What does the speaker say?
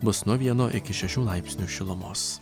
bus nuo vieno iki šešių laipsnių šilumos